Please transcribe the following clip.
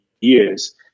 years